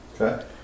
Okay